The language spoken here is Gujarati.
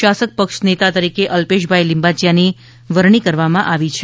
શાસક પક્ષ નેતા તરીકે અલ્પેશભાઇ લિંબાચિયાની વરણી કરવામાં આવી છે